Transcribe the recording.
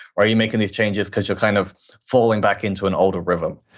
are you making these changes because you're kind of falling back into an older rhythm?